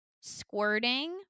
Squirting